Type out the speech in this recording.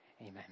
amen